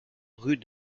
rue